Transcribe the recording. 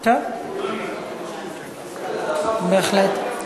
טוב, בהחלט.